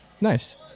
Nice